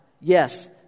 Yes